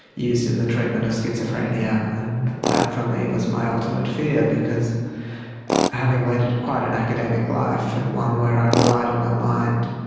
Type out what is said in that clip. used in the treatment of schizophrenia'. and that for me was my ultimate fear, because having led quite an academic life and one where i relied on my mind,